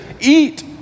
Eat